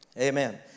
Amen